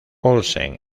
olsen